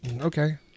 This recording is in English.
Okay